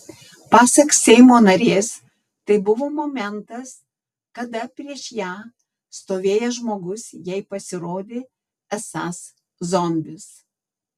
pasak seimo narės tai buvo momentas kada prieš ją stovėjęs žmogus jai pasirodė esąs zombis